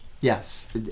Yes